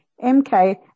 mk